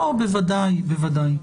לא, בוודאי, בוודאי.